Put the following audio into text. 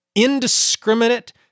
indiscriminate